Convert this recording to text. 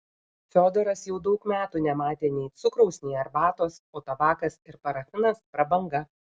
fiodoras jau daug metų nematė nei cukraus nei arbatos o tabakas ir parafinas prabanga